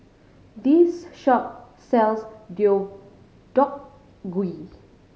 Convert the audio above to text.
this shop sells Deodeok Gui